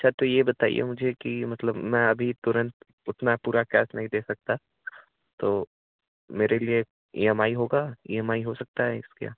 अच्छा तो यह बताइए मुझे कि मतलब मैं अभी तुरंत उतना पूरा कैश नहीं दे सकता तो मेरे लिए ई एम आई होगा ई एम आई हो सकता है इसका